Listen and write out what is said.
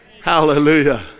hallelujah